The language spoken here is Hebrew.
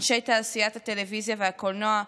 אנשי תעשיית הטלוויזיה והקולנוע,